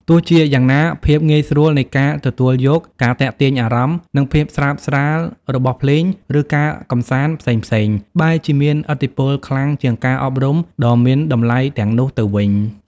ទោះជាយ៉ាងណា ភាពងាយស្រួលនៃការទទួលយក ការទាក់ទាញអារម្មណ៍ និងភាពស្រើបស្រាលរបស់ភ្លេង ឬការកម្សាន្តផ្សេងៗ បែរជាមានឥទ្ធិពលខ្លាំងជាងការអប់រំដ៏មានតម្លៃទាំងនោះទៅវិញ។